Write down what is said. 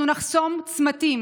אנחנו נחסום צמתים